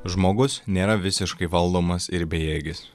žmogus nėra visiškai valdomas ir bejėgis